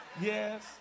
Yes